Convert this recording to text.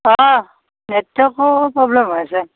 অ' নেটৱৰ্কৰ প্ৰব্লেম হৈ আছে